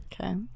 Okay